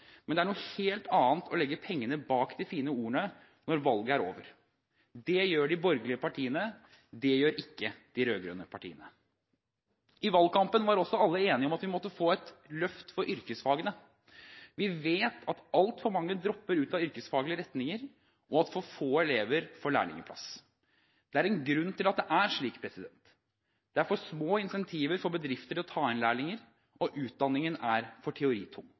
men det er noe helt annet å legge pengene bak de fine ordene når valget er over. Det gjør de borgerlige partiene. Det gjør ikke de rød-grønne partiene. I valgkampen var også alle enige om at vi måtte få et løft for yrkesfagene. Vi vet at altfor mange dropper ut av yrkesfaglige retninger og at for få elever får lærlingeplass. Det er en grunn til at det er slik. Det er for små incentiver for bedrifter til å ta inn lærlinger, og utdanningen er for teoritung.